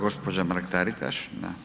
Gospođa Mrak Taritaš.